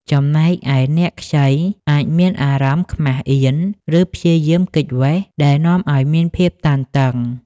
ចំណែកឯអ្នកខ្ចីអាចមានអារម្មណ៍ខ្មាសអៀន ឬព្យាយាមគេចវេះ ដែលនាំឲ្យមានភាពតានតឹង។